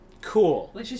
cool